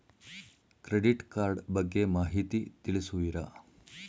Credit card ಬಗ್ಗೆ ಮಾಹಿತಿ ತಿಳಿಸುವಿರಾ?